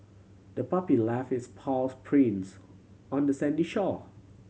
the puppy left its paws prints on the sandy shore